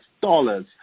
dollars